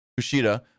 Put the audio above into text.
Kushida